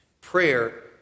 prayer